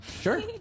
Sure